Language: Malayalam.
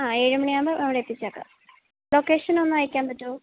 ആ ഏഴുമണി ആവുമ്പം അവിടെ എത്തിച്ചേക്കാം ലൊക്കേഷൻ ഒന്ന് അയക്കാൻ പറ്റുമോ